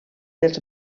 dels